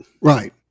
Right